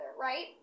right